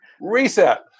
Reset